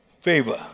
favor